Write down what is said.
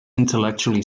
intellectually